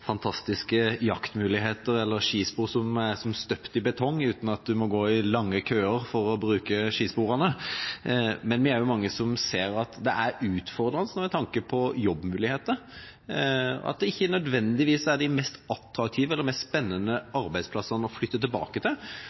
skispor som er som støpt i betong, uten at man må gå i lange køer for å bruke dem. Men vi er også mange som ser at det er utfordrende med tanke på jobbmuligheter, at det ikke nødvendigvis er de mest attraktive eller de mest spennende arbeidsplassene å flytte tilbake til,